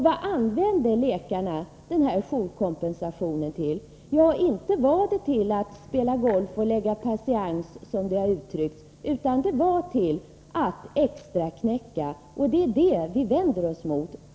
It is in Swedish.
Vad använde läkarna denna jourkompensation till? Ja, inte var det till att spela golf eller att lägga patiens, såsom det har sagts, utan det var till att extraxnäcka, och det är det vi vänder oss mot.